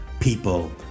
people